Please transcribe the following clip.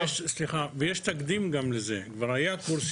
יש תקדים לזה, כבר היה קורס